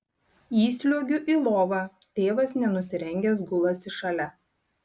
įsliuogiu į lovą tėvas nenusirengęs gulasi šalia